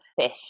fish